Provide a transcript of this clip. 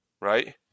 right